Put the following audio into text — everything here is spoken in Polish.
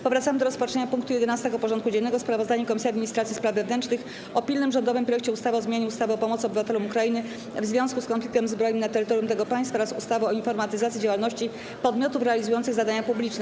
Powracamy do rozpatrzenia punktu 11. porządku dziennego: Sprawozdanie Komisji Administracji i Spraw Wewnętrznych o pilnym rządowym projekcie ustawy o zmianie ustawy o pomocy obywatelom Ukrainy w związku z konfliktem zbrojnym na terytorium tego państwa oraz ustawy o informatyzacji działalności podmiotów realizujących zadania publiczne.